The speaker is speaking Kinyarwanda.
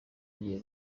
agiye